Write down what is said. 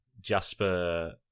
Jasper